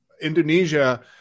indonesia